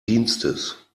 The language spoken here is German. dienstes